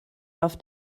auf